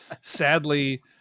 Sadly